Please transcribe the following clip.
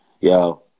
yo